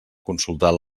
consultar